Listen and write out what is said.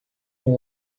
com